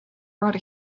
write